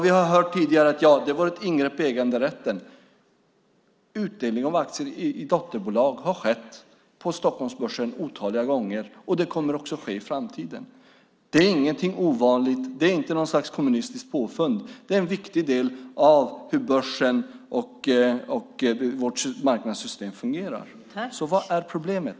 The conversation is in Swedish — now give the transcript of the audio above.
Vi har tidigare hört att det vore ett ingrepp i äganderätten. Utdelning av aktier i dotterbolag har skett på Stockholmsbörsen otaliga gånger, och det kommer också att ske i framtiden. Det är ingenting ovanligt. Det är inte något slags kommunistiskt påfund. Det är en viktig del av hur börsen och vårt marknadssystem fungerar. Så vad är problemet?